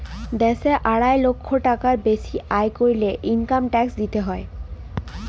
দ্যাশে আড়াই লাখ টাকার বেসি আয় ক্যরলে ইলকাম ট্যাক্স দিতে হ্যয়